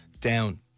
down